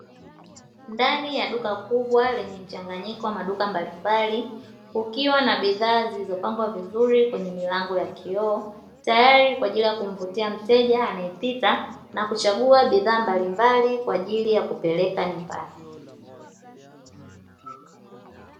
Ndani ya duka kubwa lenye mchanganyiko wa maduka mbalimbali kukiwa na bidhaa zilziopangwa vizuri kwenye milango ya kioo, tayari kwa kumvutia mteja anayepita na kuchagua bidhaa mbalimbali kwa ajili ya kupeleka nyumbani.